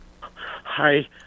Hi